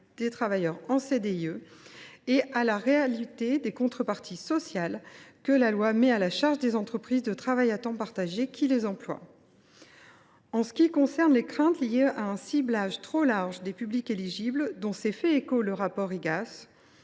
des travailleurs en CDIE et à la réalité des contreparties sociales que la loi met à la charge des ETTP qui les emploient. En ce qui concerne les craintes liées à un ciblage trop large des publics éligibles, dont se sont fait écho les auteurs